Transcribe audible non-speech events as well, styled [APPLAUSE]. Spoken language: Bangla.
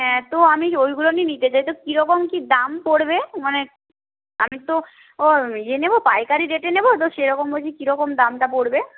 হ্যাঁ তো আমি ওইগুলো আমি নিতে চাই তো কীরকম কী দাম পড়বে মানে আমি তো [UNINTELLIGIBLE] ইয়ে নেব পাইকারি রেটে নেব তো সেরকম বলছি কীরকম দামটা পড়বে